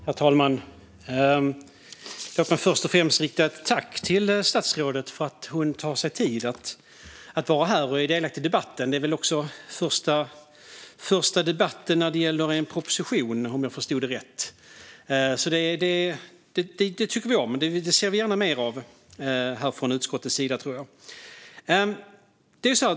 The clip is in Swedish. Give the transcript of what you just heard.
Herr talman! Låt mig först och främst rikta ett tack till statsrådet för att hon tar sig tid att vara här och är delaktig i debatten. Det är väl också den första debatten när det gäller en proposition, om jag förstod rätt. Det tycker vi om, och det ser vi gärna mer av från utskottets sida.